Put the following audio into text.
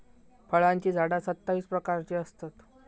फळांची झाडा सत्तावीस प्रकारची असतत